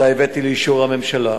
והבאתי אותה לאישור הממשלה.